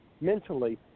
mentally